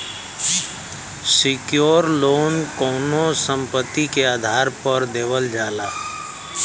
secured loan कउनो संपत्ति के आधार पर देवल जाला